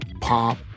pop